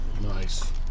Nice